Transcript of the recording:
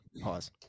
Pause